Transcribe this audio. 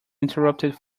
interrupted